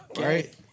right